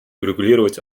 урегулировать